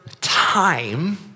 time